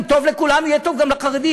אם טוב לכולם יהיה טוב גם לחרדים.